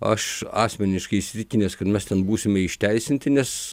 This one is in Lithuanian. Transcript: aš asmeniškai įsitikinęs kad mes ten būsime išteisinti nes